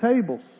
tables